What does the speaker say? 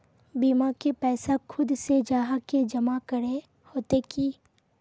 बीमा के पैसा खुद से जाहा के जमा करे होते की?